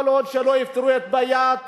כל עוד שלא יפתרו את בעיית